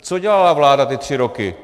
Co dělala vláda ty tři roky?